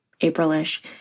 April-ish